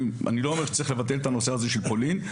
אני לא אומר שצריך לבטל את הנושא הזה של פולין.